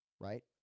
right